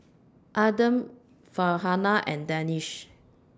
Adam Farhanah and Danish